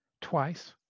twice